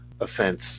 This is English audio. offense